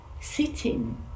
sitting